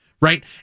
Right